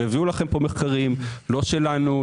והביאו לכם מחקרים לא שלנו,